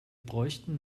bräuchten